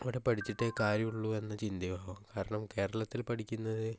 അവിടെ പഠിച്ചിട്ടേ കാര്യമുള്ളൂ എന്ന ചിന്തയോ കാരണം കേരളത്തിൽ പഠിക്കുന്നത്